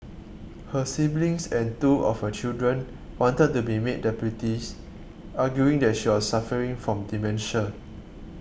her siblings and two of her children wanted to be made deputies arguing that she was suffering from dementia